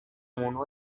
umuntu